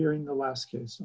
hearing the last case